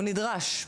הוא נדרש.